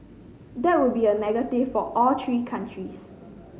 that would be a negative for all three countries